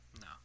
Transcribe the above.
No